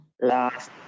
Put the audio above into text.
Last